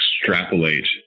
extrapolate